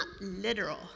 literal